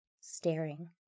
staring